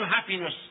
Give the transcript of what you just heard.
happiness